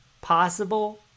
possible